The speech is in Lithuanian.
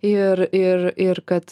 ir ir ir kad